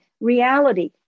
reality